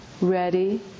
ready